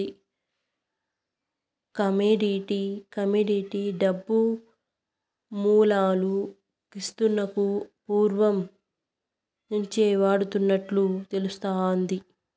commodity డబ్బు మూలాలు క్రీస్తునకు పూర్వం నుంచే వాడినట్లు తెలుస్తాది